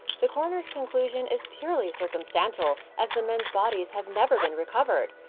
the coroner's conclusion is purely circumstantial, as the men's bodies have never been recovered.